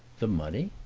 the money?